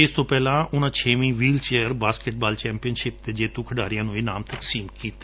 ਇਸ ਤੋ ਪਹਿਲਾਂ ਉਨ੍ਹਾਂ ਛੇਵੀ ਵੀਲਚੇਅਰ ਬਾਸਕਟਬਾਲ ਚੈਪੀਅਨਸ਼ਿਪ ਦੇ ਜੇਤੂ ਖਿਡਾਰੀਆਂ ਨੂੰ ਇਨਾਮ ਤਕਸੀਮ ਕੀਤੇ